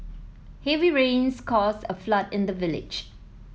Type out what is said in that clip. heavy rains caused a flood in the village